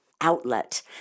outlet